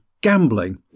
gambling